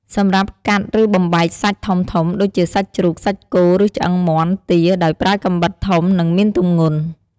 សម្រាប់កាត់ ឬបំបែកសាច់ធំៗ ដូចជាសាច់ជ្រូក សាច់គោ ឬឆ្អឹងមាន់ ទា ដោយប្រើកាំបិតធំ និងមានទម្ងន់។